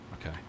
Okay